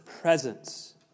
Presence